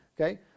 okay